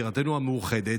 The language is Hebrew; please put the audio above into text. בירתנו המאוחדת.